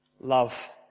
love